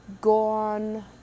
gone